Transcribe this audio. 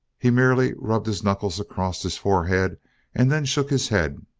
he merely rubbed his knuckles across his forehead and then shook his head.